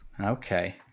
Okay